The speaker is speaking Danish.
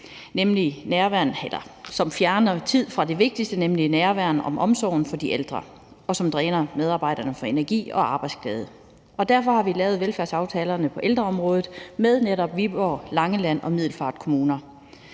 dokumentationskrav, som tager tid fra det vigtigste, nemlig nærvær og omsorg for de ældre, og som dræner medarbejderne for energi og arbejdsglæde. Derfor har vi lavet velfærdsaftalerne på ældreområdet med netop Viborg, Langeland og Middelfart Kommuner.